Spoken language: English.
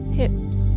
hips